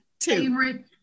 favorite